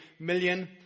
million